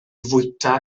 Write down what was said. fwyta